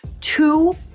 two